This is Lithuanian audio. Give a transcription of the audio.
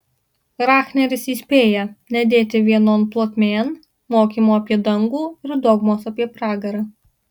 rahneris įspėja nedėti vienon plotmėn mokymo apie dangų ir dogmos apie pragarą